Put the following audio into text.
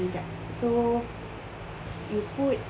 okay jap so you put